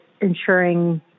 ensuring